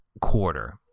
quarter